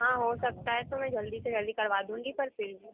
हाँ हो सकता है तो मैं जल्दी से जल्दी करवा दूँगी पर फ़िर भी